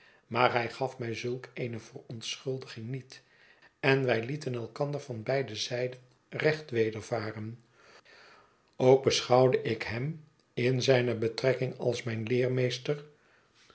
maar hij gaf mij zulk eene verontschuldiging niet en wij lieten elkander van beide zijden recht wedervaren ook beschouwde ik hem in zijne betrekking als mijn leermeester